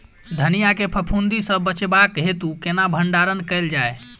धनिया केँ फफूंदी सऽ बचेबाक हेतु केना भण्डारण कैल जाए?